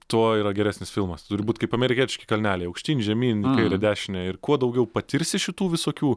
tuo yra geresnis filmas turi būt kaip amerikietiški kalneliai aukštyn žemyn ir į dešinę ir kuo daugiau patirsi šitų visokių